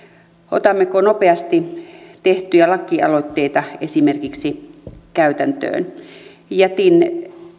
otammeko nopeasti esimerkiksi tehtyjä lakialoitteita käytäntöön jätin